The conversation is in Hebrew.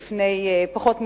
שהיה לפני פחות מחודש,